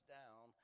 down